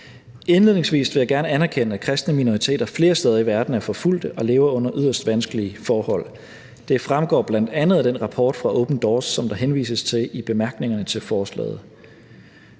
Indledningsvis vil jeg gerne anerkende, at kristne minoriteter flere steder i verden er forfulgte og lever under yderst vanskelige forhold. Det fremgår bl.a. af den rapport fra Open Doors, som der henvises til i bemærkningerne til forslaget.